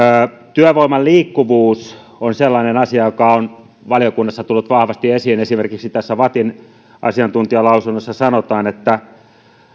työvoiman liikkuvuus on sellainen asia joka on valiokunnassa tullut vahvasti esiin esimerkiksi vattin asiantuntijalausunnossa sanotaan että